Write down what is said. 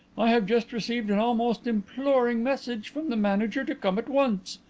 i have just received an almost imploring message from the manager to come at once.